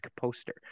poster